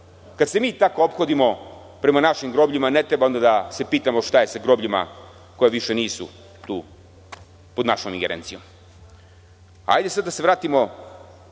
Kada se mi tako ophodimo prema našim grobljima, ne treba onda da se pitamo šta je sa grobljima koja više nisu tu pod našom ingerencijom. Da se vratimo